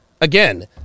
again